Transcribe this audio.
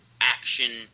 action